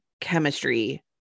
chemistry